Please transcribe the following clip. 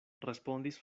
respondis